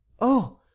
Oh